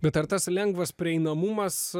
bet ar tas lengvas prieinamumas